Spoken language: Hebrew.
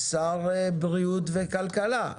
שר הבריאות והכלכלה.